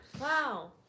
Wow